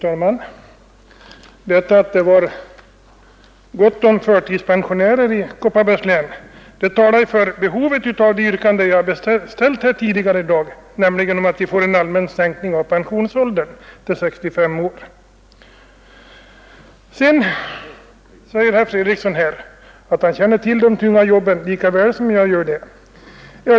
Fru talman! Den omständigheten att det är gott om förtidspensionärer i Kopparbergs län talar ju för det yrkande jag har ställt här tidigare, nämligen att vi får en allmän sänkning av pensionsåldern till 65 år. Herr Fredriksson säger att han känner till de tunga jobben lika väl som jag.